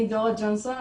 אני דורה ג'ונסון,